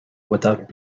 without